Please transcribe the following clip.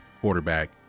quarterback